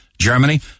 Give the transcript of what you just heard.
Germany